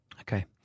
Okay